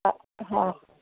ह हा